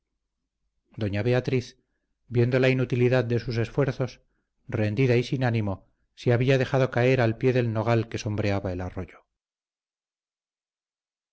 doña beatriz viendo la inutilidad de sus esfuerzos rendida y sin ánimo se había dejado caer al pie del nogal que sombreaba el arroyo